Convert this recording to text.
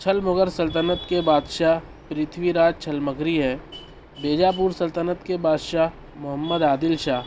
چھل مغر سلطنت کے بادشاہ پرتھوی راج چھل مغری ہیں بيجا پور سلطنت كے بأدشاہ محمد عادل شاہ